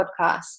podcast